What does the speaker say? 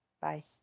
Bye